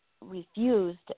refused